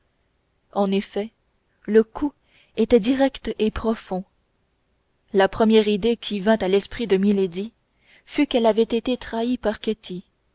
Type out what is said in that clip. en effet le coup était direct et profond la première idée qui vint à l'esprit de milady fut qu'elle avait été trahie par